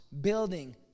Building